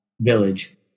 village